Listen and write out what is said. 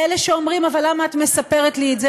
לאלה שאומרים: אבל למה את מספרת לי את זה